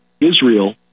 Israel